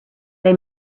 they